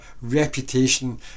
reputation